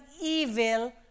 evil